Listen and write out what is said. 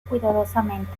cuidadosamente